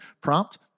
prompt